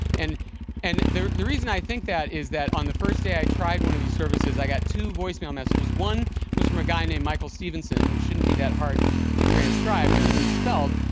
and and the the reason i think that is that on the first day i tried one of these services, i got two voicemail messages. one was from a guy named michael stevenson, which shouldn't be that hard to transcribe, and it was misspelled.